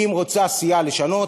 אם רוצה סיעה לשנות,